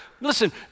listen